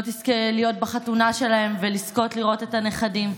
לא תזכה להיות בחתונה שלהם ולזכות לראות את הנכדים.